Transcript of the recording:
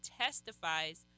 testifies